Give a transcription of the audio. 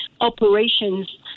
operations